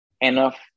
enough